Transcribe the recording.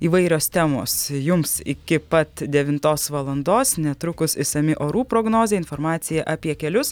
įvairios temos jums iki pat devintos valandos netrukus išsami orų prognozė informacija apie kelius